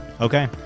Okay